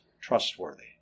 trustworthy